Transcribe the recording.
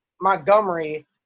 Montgomery